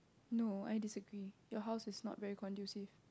no I disagree your house is not very conducive